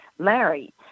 Larry